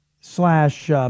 slash